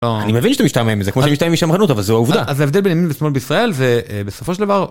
אני מבין שאתה משתעמם מזה כמו שאתה משתעמם משמרנות אבל זו עובדה. אז ההבדל בין ימין ושמאל בישראל ובסופו של דבר.